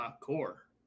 core